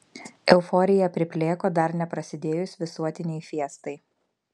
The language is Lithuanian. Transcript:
euforija priplėko dar neprasidėjus visuotinei fiestai